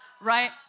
right